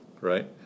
right